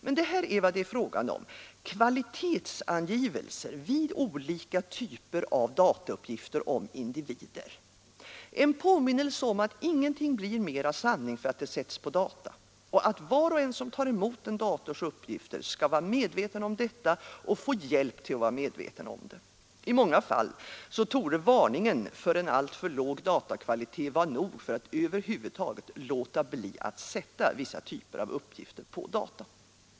Men detta är vad det är fråga om: kvalitetsangivelser vid olika typer av datauppgifter om individer, en påminnelse om att ingenting blir mera sanning för att det sätts på data, och att var och en som tar emot en dators uppgifter skall vara medveten om detta och få hjälp till att vara medveten om det. I många fall torde varningen för en alltför låg datakvalitet vara nog för att över huvud taget låta bli att sätta vissa typer av uppgifter på data.